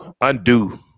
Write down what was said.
undo